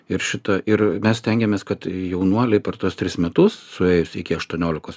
ir šito ir mes stengiamės kad jaunuoliai per tuos tris metus suėjus iki aštuoniolikos